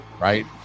right